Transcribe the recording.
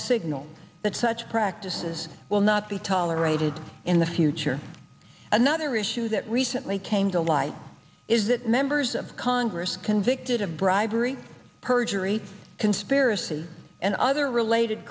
signal that such practices will not be tolerated in the future another issue that recently came to light is that members of congress convicted of bribery perjury conspiracy and other related